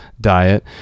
diet